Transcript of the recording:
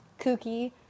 kooky